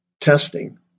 testing